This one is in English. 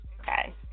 okay